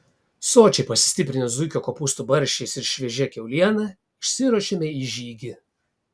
sočiai pasistiprinę zuikio kopūstų barščiais ir šviežia kiauliena išsiruošėme į žygį